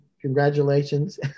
Congratulations